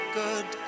good